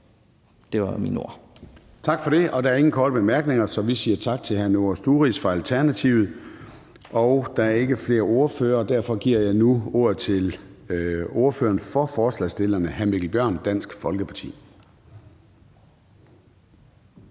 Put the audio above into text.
(Søren Gade): Tak for det. Der er ingen korte bemærkninger. Så vi siger tak til hr. Noah Sturis fra Alternativet. Der er ikke flere ordførere, og derfor giver jeg nu ordet til ordføreren for forslagsstillerne, hr. Mikkel Bjørn, Dansk Folkeparti.